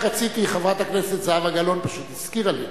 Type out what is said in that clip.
חברת הכנסת זהבה גלאון הזכירה לי,